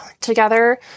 together